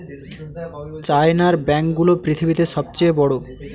চায়নার ব্যাঙ্ক গুলো পৃথিবীতে সব চেয়ে বড়